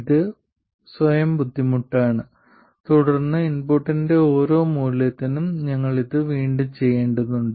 ഇത് സ്വയം ബുദ്ധിമുട്ടാണ് തുടർന്ന് ഇൻപുട്ടിന്റെ ഓരോ മൂല്യത്തിനും ഞങ്ങൾ ഇത് വീണ്ടും ചെയ്യേണ്ടതുണ്ട്